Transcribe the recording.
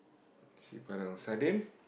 Nasi Padang sardine